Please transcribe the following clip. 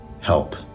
Help